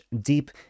deep